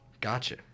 Gotcha